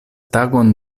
tagon